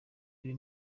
buri